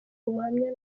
ubuhamya